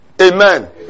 Amen